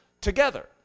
together